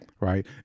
Right